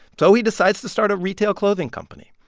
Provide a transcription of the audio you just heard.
so he decides to start a retail clothing company.